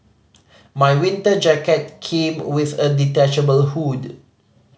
my winter jacket came with a detachable hood